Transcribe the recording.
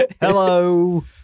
Hello